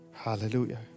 Hallelujah